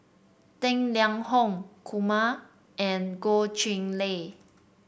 Tang Liang Hong Kumar and Goh Chiew Lye